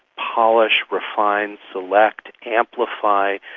polish, refine, select, amplify,